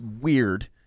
weird